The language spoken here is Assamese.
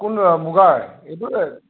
কোনযোৰ অঁ মুগাৰ এইটোত